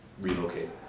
relocate